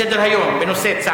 הצעות לסדר-היום מס' 4541,